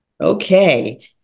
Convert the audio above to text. Okay